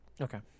okay